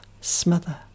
smother